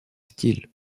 styles